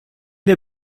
der